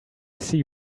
see